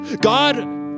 God